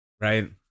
Right